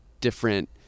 Different